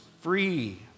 free